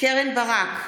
קרן ברק,